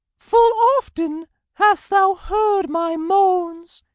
full often hast thou heard my moans,